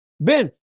Ben